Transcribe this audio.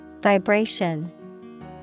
Vibration